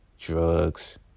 drugs